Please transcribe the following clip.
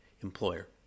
employer